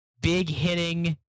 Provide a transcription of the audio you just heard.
big-hitting